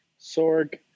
Sorg